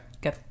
good